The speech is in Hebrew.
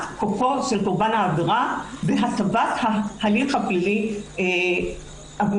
כוחו של קורבן העבירה והטבת ההליך הפלילי עבורו.